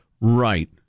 Right